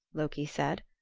loki said.